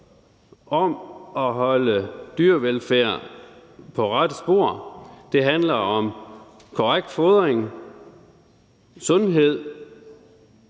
om at holde dyrevelfærd på rette spor; det handler om korrekt fodring og høj